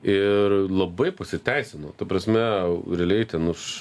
ir labai pasiteisino ta prasme realiai ten už